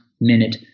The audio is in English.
Minute